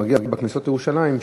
כשמגיעים לכניסות לירושלים,